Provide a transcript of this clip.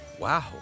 Wow